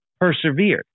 persevered